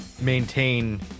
maintain